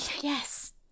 Yes